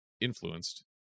influenced